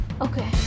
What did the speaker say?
okay